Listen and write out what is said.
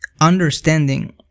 understanding